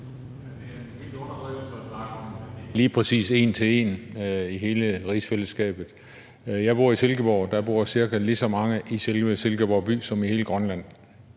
lige præcis en til en i hele rigsfællesskabet. Jeg bor i Silkeborg. Der bor cirka lige så mange i selve Silkeborg by som i hele Grønland.